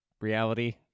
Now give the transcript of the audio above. reality